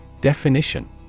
Definition